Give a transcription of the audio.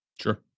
Sure